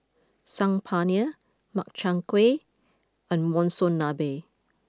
Saag Paneer Makchang Gui and Monsunabe